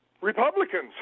Republicans